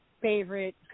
favorite